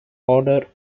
order